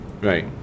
Right